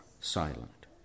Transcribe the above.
silent